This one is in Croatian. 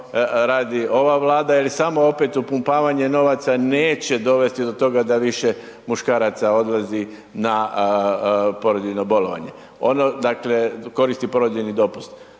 radi ova Vlada jel samo opet upumpavanje novaca neće dovesti do toga da više muškaraca odlazi na porodiljno bolovanje, ono dakle, koristi porodiljni dopust.